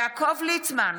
יעקב ליצמן,